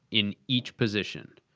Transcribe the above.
in each position.